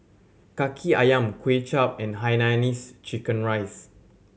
Kaki Ayam Kuay Chap and hainanese chicken rice